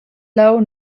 leu